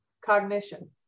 cognition